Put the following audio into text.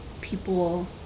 people